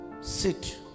Sit